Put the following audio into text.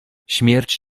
śmierć